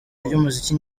ry’umuziki